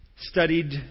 studied